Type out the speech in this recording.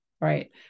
right